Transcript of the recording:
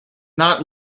not